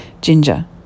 Ginger